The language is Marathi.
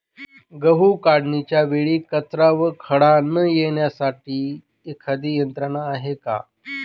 गहू काढणीच्या वेळी कचरा व खडा न येण्यासाठी एखादी यंत्रणा आहे का?